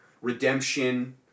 Redemption